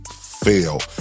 fail